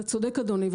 אתה צודק אדוני.